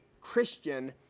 Christian